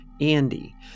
Andy